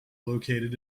located